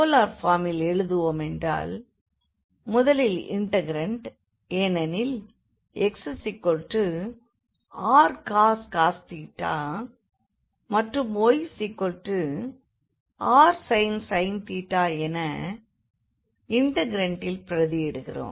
polar பார்மில் எழுதுவோமென்றால் முதலில் இண்டெக்ரண்ட் ஏனெனில் xrcos மற்றும் yrsin என இண்டெக்ரண்ட்டில் பிரதியிடுகிறோம்